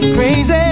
Crazy